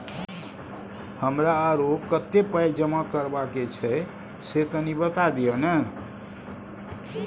हमरा आरो कत्ते पाई जमा करबा के छै से तनी बता दिय न?